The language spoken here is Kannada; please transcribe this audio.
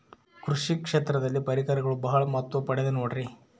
ಕೃಷಿ ಕ್ಷೇತ್ರದಲ್ಲಿ ಪರಿಕರಗಳು ಬಹಳ ಮಹತ್ವ ಪಡೆದ ನೋಡ್ರಿ?